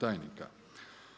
tajnika.